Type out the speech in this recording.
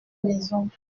maison